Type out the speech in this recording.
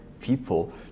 people